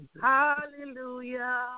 hallelujah